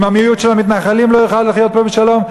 אם המיעוט של המתנחלים לא יוכל לחיות פה בשלום,